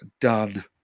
done